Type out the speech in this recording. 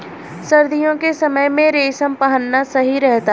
सर्दियों के समय में रेशम पहनना सही रहता है